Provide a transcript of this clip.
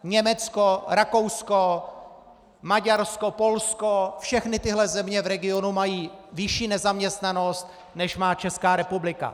Německo, Rakousko, Maďarsko, Polsko všechny tyhle země v regionu mají vyšší nezaměstnanost, než má Česká republika.